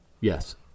Yes